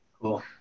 Cool